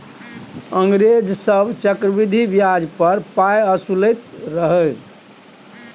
अंग्रेज सभ चक्रवृद्धि ब्याज पर पाय असुलैत रहय